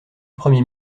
premier